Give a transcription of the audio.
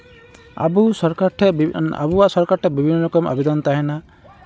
ᱟᱵᱚ ᱥᱚᱨᱠᱟᱨ ᱴᱷᱮᱱ ᱟᱵᱚᱣᱟᱜ ᱥᱚᱨᱠᱟᱨ ᱴᱷᱮᱱ ᱵᱤᱵᱷᱤᱱᱱᱚ ᱨᱚᱠᱚᱢ ᱟᱵᱮᱫᱚᱱ ᱛᱟᱦᱮᱱᱟ